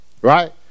Right